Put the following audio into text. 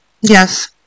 Yes